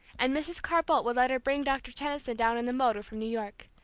and mrs. carr-boldt would let her bring dr. tenison down in the motor from new york.